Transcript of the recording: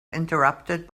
interrupted